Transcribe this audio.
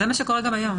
זה מה שקורה גם היום.